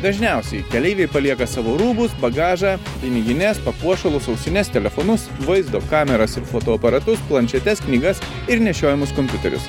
dažniausiai keleiviai palieka savo rūbus bagažą pinigines papuošalus ausines telefonus vaizdo kameras ir fotoaparatus planšetes knygas ir nešiojamus kompiuterius